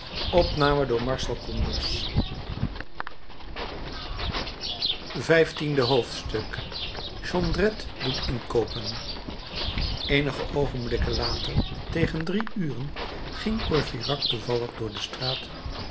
vijftiende hoofdstuk jondrette doet inkoopen eenige oogenblikken later tegen drie uren ging courfeyrac toevallig door de straat